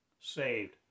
saved